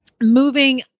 moving